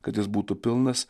kad jis būtų pilnas